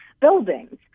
buildings